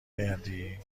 گردی